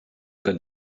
code